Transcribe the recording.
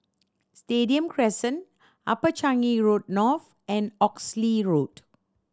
Stadium Crescent Upper Changi Road North and Oxley Road